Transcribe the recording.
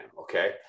okay